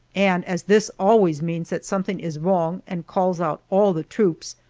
and as this always means that something is wrong and calls out all the troops,